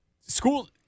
School